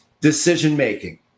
decision-making